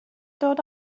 dod